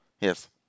Yes